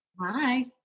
Hi